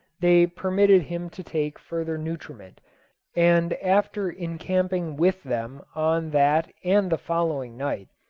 they permitted him to take further nutriment and after encamping with them on that and the following night,